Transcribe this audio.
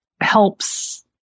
helps